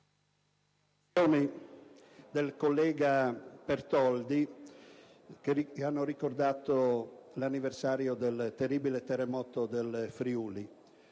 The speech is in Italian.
del collega Pertoldi, che ha ricordato l'anniversario del terribile terremoto del Friuli.